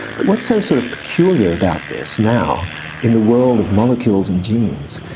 but what's so sort of peculiar about this now in the world of molecules and genes,